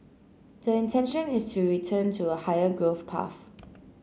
the intention is to return to a higher growth path